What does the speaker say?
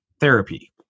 therapy